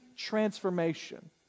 transformation